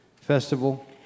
Festival